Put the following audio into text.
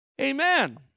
Amen